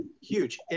Huge